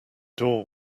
door